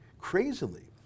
crazily